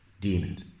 demons